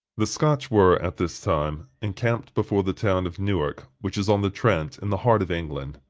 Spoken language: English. the scotch were, at this time, encamped before the town of newark, which is on the trent, in the heart of england,